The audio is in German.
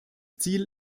ziel